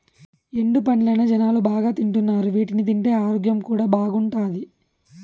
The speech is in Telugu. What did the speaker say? ఎండు పండ్లనే జనాలు బాగా తింటున్నారు వీటిని తింటే ఆరోగ్యం కూడా బాగుంటాది